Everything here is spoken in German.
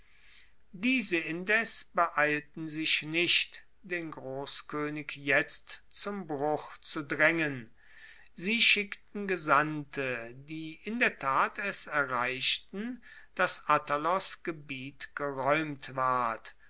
diese indes beeilten sich nicht den grosskoenig jetzt zum bruch zu draengen sie schickten gesandte die in der tat es erreichten dass attalos gebiet geraeumt ward